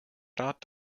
rat